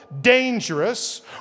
dangerous